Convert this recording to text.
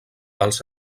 els